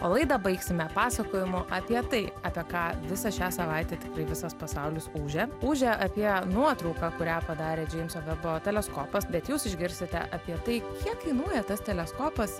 o laidą baigsime pasakojimu apie tai apie ką visą šią savaitę tikrai visas pasaulis ūžia ūžia apie nuotrauką kurią padarė džeimso vebo teleskopas bet jūs išgirsite apie tai kiek kainuoja tas teleskopas